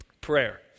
Prayer